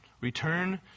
Return